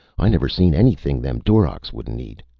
i never seen anything them durocs wouldn't eat.